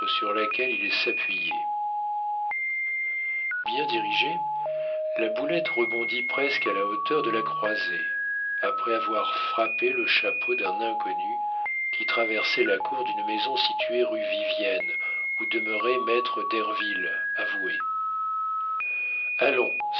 sur laquelle il s'appuyait bien dirigée la boulette rebondit presque à la hauteur de la croisée après avoir frappé le chapeau d'un inconnu qui traversait la cour d'une maison située rue vivienne où demeurait maître derville avoué allons